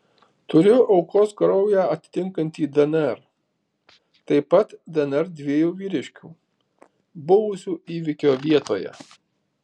turiu aukos kraują atitinkantį dnr taip pat dnr dviejų vyriškių buvusių įvykio vietoje